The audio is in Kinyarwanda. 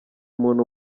muntu